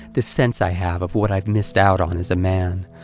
this sense i have of what i've missed out on as a man,